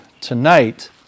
tonight